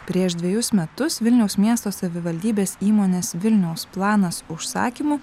prieš dvejus metus vilniaus miesto savivaldybės įmonės vilniaus planas užsakymu